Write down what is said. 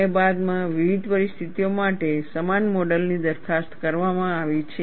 અને બાદમાં વિવિધ પરિસ્થિતિઓ માટે સમાન મોડલની દરખાસ્ત કરવામાં આવી છે